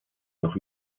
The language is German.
noch